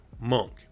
Monk